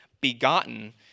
begotten